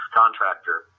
contractor